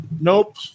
Nope